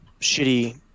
shitty